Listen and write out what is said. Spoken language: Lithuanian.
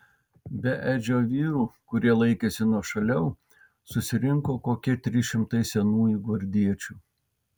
be edžio vyrų kurie laikėsi nuošaliau susirinko kokie trys šimtai senųjų gvardiečių